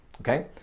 okay